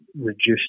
reduced